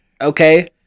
Okay